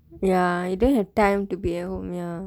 ya you don't have time to be at home ya